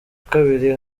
kabiri